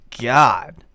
god